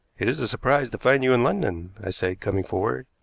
it is a surprise to find you in london, i said, coming forward.